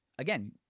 Again